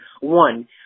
one